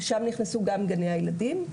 ושם נכנסו גם גני הילדים,